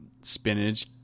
spinach